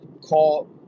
call